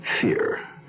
Fear